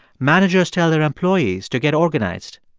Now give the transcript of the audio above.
managers tell their employees to get organized.